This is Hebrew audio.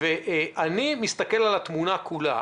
אני מסתכל על התמונה כולה,